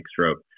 stroke